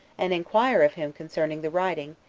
and inquire of him concerning the writing,